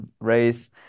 race